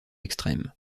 extrême